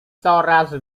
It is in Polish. coraz